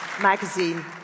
magazine